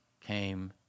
came